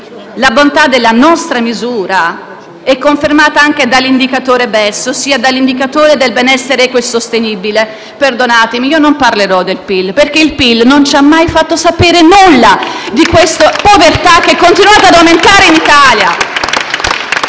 La bontà della nostra misura è confermata anche dall'indicatore BES, ossia dall'indicatore del benessere equo e sostenibile. Perdonatemi, io non parlerò del PIL perché il PIL non ci ha mai fatto sapere nulla della povertà che continua ad aumentare in Italia.